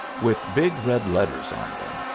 with big red letters on them,